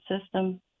system